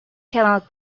cannot